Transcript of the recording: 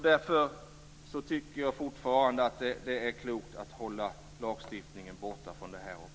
Därför tycker jag fortfarande att det är klokt att hålla lagstiftningen borta från det här området.